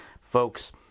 folks